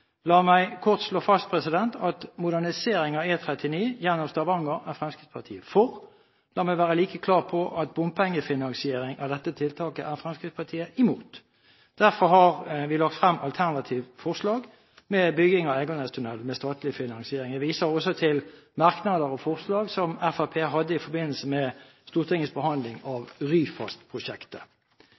La meg kort slå fast at modernisering av E39 gjennom Stavanger er Fremskrittspartiet for. La meg være like klar på at bompengefinansiering av dette tiltaket er Fremskrittspartiet imot. Derfor har vi lagt frem et alternativt forslag for bygging av Eiganestunellen med statlig finansiering. Jeg viser også til merknader og forslag som Fremskrittspartiet hadde i forbindelse med Stortingets behandling av